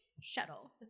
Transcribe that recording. shuttle